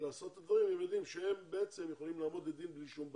לעשות זאת כי הם יודעים שהם יכולים לעמוד לדין בלי שום בעיה.